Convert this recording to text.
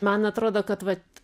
man atrodo kad vat